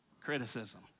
Criticism